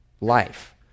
life